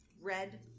red